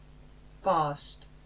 fast